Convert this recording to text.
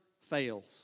fails